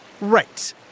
Right